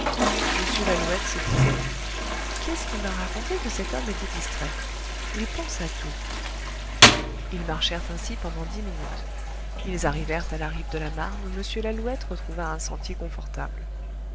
m lalouette se disait qu'est-ce qui m'a raconté que cet homme était distrait il pense à tout ils marchèrent ainsi pendant dix minutes ils arrivèrent à la rive de la marne où m lalouette retrouva un sentier confortable